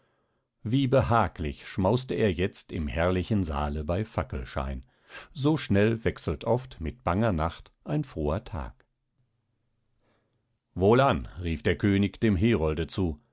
wie behaglich schmauste er jetzt im herrlichen saale bei fackelschein so schnell wechselt oft mit banger nacht ein froher tag wohlan rief der könig dem herolde zu